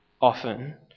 often